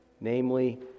namely